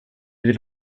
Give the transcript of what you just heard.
vill